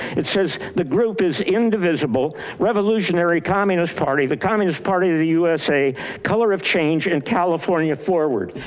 it says the group is indivisible revolutionary communist party, the communist party of the usa color of change in california forward.